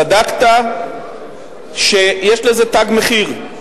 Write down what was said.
צדקת שיש לזה תג מחיר,